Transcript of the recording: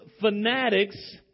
fanatics